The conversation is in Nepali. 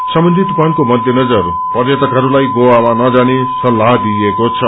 समुन्द्री तूफानको मध्यनजर पर्यटकहरूलाई गोवामा नजाने सल्ताह दिइएको छ